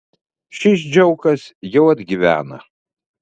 šis džiaukas jau atgyvena